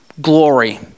glory